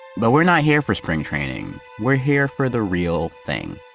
but we're not here for spring training, we're here for the real thing.